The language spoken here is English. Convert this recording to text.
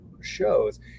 shows